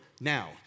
now